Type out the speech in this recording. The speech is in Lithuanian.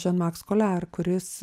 žon maks koliar kuris